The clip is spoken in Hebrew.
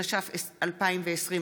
התש"ף 2020,